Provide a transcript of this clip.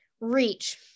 Reach